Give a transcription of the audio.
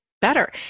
better